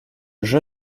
jeu